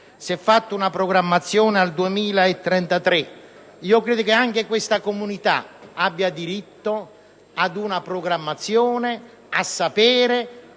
si è fatta una programmazione fino al 2033. Credo che anche questa comunità abbia diritto a una programmazione perché